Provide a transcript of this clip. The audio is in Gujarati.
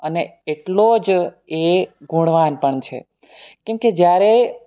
અને એટલો જ એ ગુણવાન પણ છે કેમ કે જ્યારે